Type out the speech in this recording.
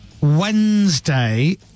Wednesday